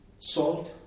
salt